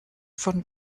von